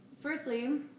Firstly